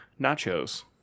nachos